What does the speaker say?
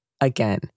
Again